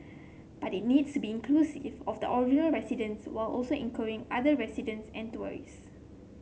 but it needs to be inclusive of the original residents while also including other residents and tourists